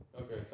Okay